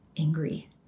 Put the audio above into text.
angry